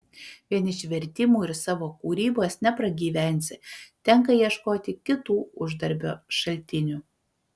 vien iš vertimų ir savo kūrybos nepragyvensi tenka ieškoti kitų uždarbio šaltinių